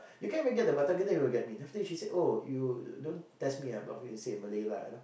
you can't even get the batak girl then you want to get me then after that she say oh you don't test me ah but of couse he say in Malay lah you know